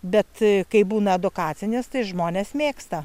bet kai būna edukacinės tai žmonės mėgsta